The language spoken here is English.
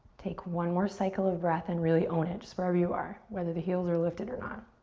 take one more cycle of breath and really own it, just wherever you are. whether the heels are lifted or not.